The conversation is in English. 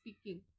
speaking